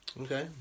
Okay